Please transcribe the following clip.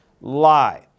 lie